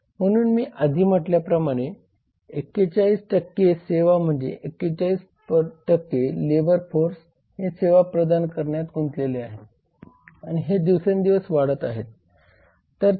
म्हणून मी आधी म्हटल्याप्रमाणे 41 सेवा म्हणजे 41 लेबर फोर्स हे सेवा प्रदान करण्यात गुंतलेले आहेत आणि हे दिवसेंदिवस वाढत आहे तर 36